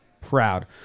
proud